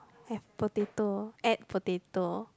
have potato add potato